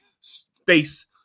space